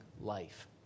life